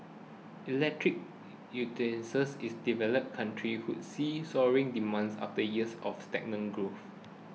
electric utensils is developed countries would see soaring demands after years of stagnating growth